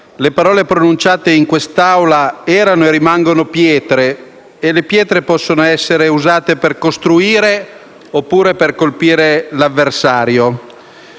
le parole pronunciate in quest'Assemblea erano e rimangono pietre e le pietre possono essere usate per costruire o colpire l'avversario.